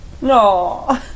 No